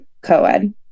co-ed